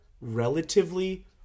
relatively